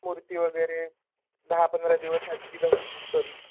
मूर्तीवगैरे दहा पंधरा दिवस आधी तर जाऊन बुक करू